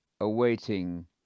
awaiting